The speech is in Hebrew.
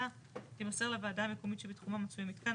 תימסר לוועדה המקומית שבתחומה מצוי המיתקן,